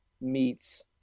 meets